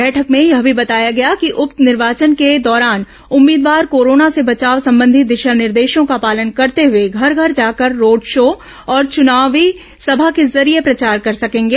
बैठक में यह भी बताया गया कि उप निर्वाचन के दौरान उम्मीदवार कोरोना से बचाव संबंधी दिशा निर्देशों का पालन करते हुए घर घर जाकर रोड शो और चुनावी सभा के जरिये प्रचार कर सकेंगे